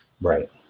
Right